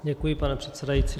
Děkuji, pane předsedající.